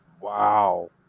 Wow